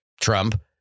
Trump